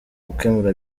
gukemura